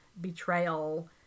betrayal